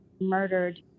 murdered